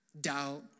doubt